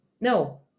No